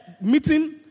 Meeting